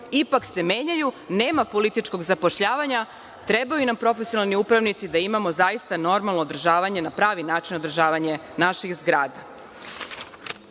ipak menjaju. Nema političkog zapošljavanja, trebaju nam profesionalni upravnici da zaista imamo normalno i na pravi način održavanje naših zgrada.Za